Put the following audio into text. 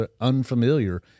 unfamiliar